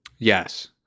yes